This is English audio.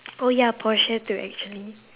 oh ya porsche too actually